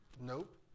Nope